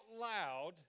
loud